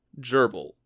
gerbil